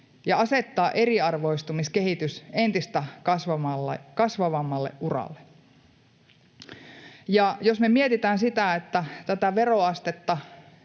ja asettaa eriarvoistumiskehitys entistä kasvavammalle uralle? Jos me mietitään, että tätä veroastetta